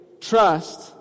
trust